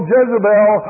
Jezebel